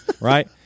right